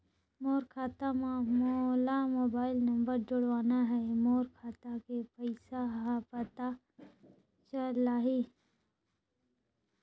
मोर खाता मां मोला मोबाइल नंबर जोड़वाना हे मोर खाता के पइसा ह पता चलाही?